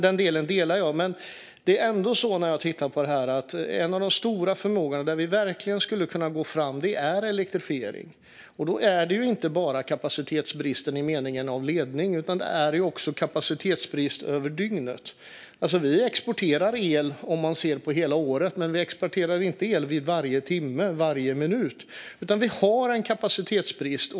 Den delen håller jag med om. Men när jag tittar på det här är det ändå så att en av de stora förmågorna - ett område där vi verkligen skulle kunna gå fram - är elektrifiering. Det handlar inte bara om kapacitetsbrist i meningen ledning utan också om kapacitetsbrist över dygnet. Vi exporterar el om man ser på hela året, men vi exporterar inte el varje timme eller varje minut. Vi har en kapacitetsbrist.